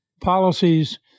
policies